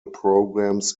programs